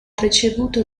ricevuto